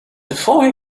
before